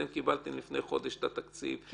אתם קיבלתם לפני חודש את התקציב,